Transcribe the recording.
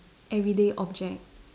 everyday object